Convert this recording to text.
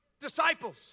disciples